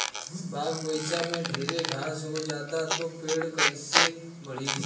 बाग बगइचा में ढेर घास हो जाता तो पेड़ कईसे बढ़ी